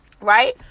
Right